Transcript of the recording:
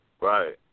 Right